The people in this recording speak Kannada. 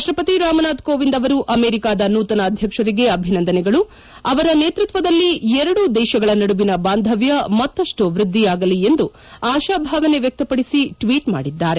ರಾಷ್ಷಪತಿ ರಾಮನಾಥ್ ಕೋವಿಂದ್ ಅವರು ಅಮೆರಿಕದ ನೂತನ ಅಧ್ಯಕ್ಷರಿಗೆ ಅಭಿನಂದನೆಗಳು ಅವರ ನೇತೃತ್ವದಲ್ಲಿ ಎರಡೂ ದೇಶಗಳ ನಡುವಿನ ಬಾಂಧವ್ಯ ಮತ್ತಷ್ಟು ವೃದ್ಧಿಯಾಗಲಿ ಎಂದು ಆಶಾಭಾವನೆ ವ್ಯಕ್ತಪಡಿಸಿ ಟ್ವೀಟ್ ಮಾಡಿದ್ದಾರೆ